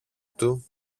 του